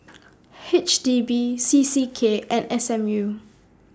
H D B C C K and S M U